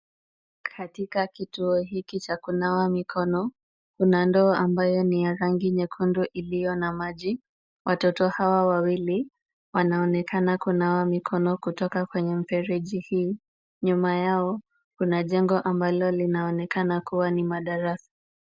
Katika kituo hiki cha kunawa mikono, kuna ndoo ambayo ni ya rangi nyekundu iliyo na maji. Watoto hawa wawili wana onekana kunawa mikono kutoka kwenye mfereji hii. Nyuma yao kuna jengo ambalo linaonekana kuwa ni madarasa.